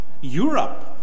Europe